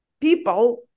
people